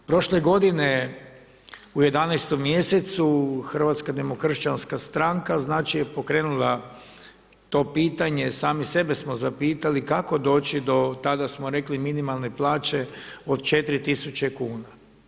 Prošle godine u 11. mjesecu Hrvatska demokršćanska stranka znači je pokrenula to pitanje, sami sebe smo zapitali kako doći do, tada smo rekli minimalne plaće od 4 tisuće kuna.